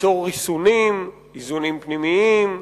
ליצור ריסונים, איזונים פנימיים,